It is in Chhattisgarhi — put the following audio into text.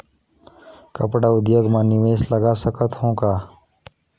कपड़ा उद्योग म निवेश लगा सकत हो का?